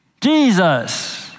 Jesus